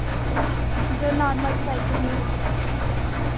जो normal cycle में हो